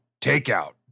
takeout